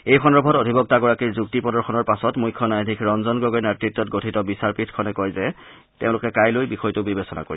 এই সন্দৰ্ভত অধিবক্তাগৰাকীৰ যুক্তি প্ৰদৰ্শনৰ পাছত মুখ্য ন্যায়াধীশ ৰঞ্জন গগৈৰ নেতৃত্বত গঠিত বিচাৰপীঠখনে কয় যে তেওঁলোকে কাইলৈ বিষয়টো বিবেচনা কৰিব